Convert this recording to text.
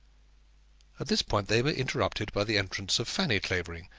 at this point they were interrupted by the entrance of fanny clavering,